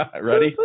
Ready